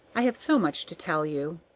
i have so much to tell you.